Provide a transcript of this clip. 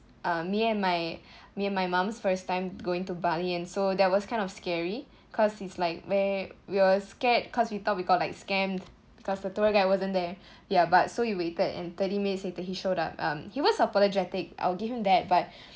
uh me and my me and my mum's first time going to bali and so that was kind of scary cause he's like where we're scared cause we thought we got like scammed because the tour guide wasn't there ya but so we waited and thirty minutes later he showed up um he was apologetic I'll give him that but